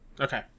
Okay